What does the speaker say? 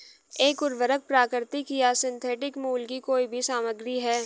एक उर्वरक प्राकृतिक या सिंथेटिक मूल की कोई भी सामग्री है